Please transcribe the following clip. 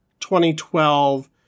2012